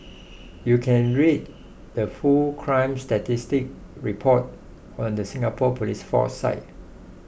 you can read the full crime statistics report on the Singapore police force site